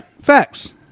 Facts